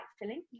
filling